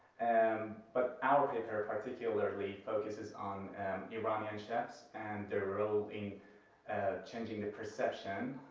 and but our paper particularly focuses on iranian chefs, and their role in ah changing the perception,